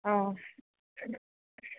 অঁ